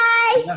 Bye